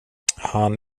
han